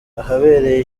ahabereye